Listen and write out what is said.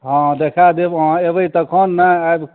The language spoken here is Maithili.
हँ देखाए देब अहाँ एबै तखन ने आबि